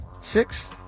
six